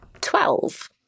Twelve